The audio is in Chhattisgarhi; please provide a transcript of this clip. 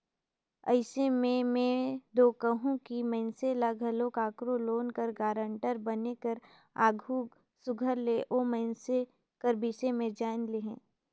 अइसे में में दो कहूं कि मइनसे ल घलो काकरो लोन कर गारंटर बने कर आघु सुग्घर ले ओ मइनसे कर बिसे में जाएन लेहे